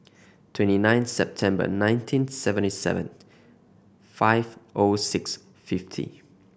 twenty nine September nineteen seventy seven five O six fifty